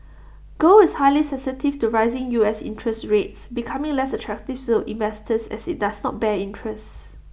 gold is highly sensitive to rising U S interest rates becoming less attractive to investors as IT does not bear interest